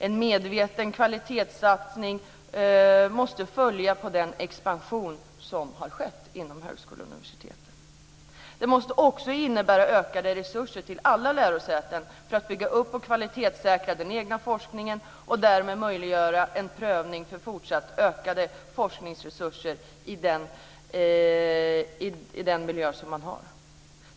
En medveten kvalitetssatsning måste följa på den expansion som har skett inom högskolorna och universiteten. Den måste innebära ökade resurser till alla lärosäten för att bygga upp och kvalitetssäkra den egna forskningen och därmed möjliggöra en prövning för fortsatt ökade forskningsresurser i den miljö man har.